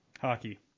Hockey